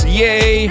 yay